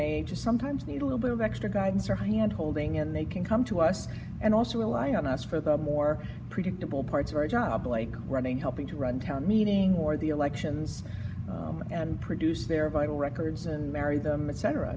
they just sometimes need a little bit of extra guidance or hand holding and they can come to us and also rely on us for the more predictable parts of our job like running helping to run town meeting or the elections and produce their vital records and marry them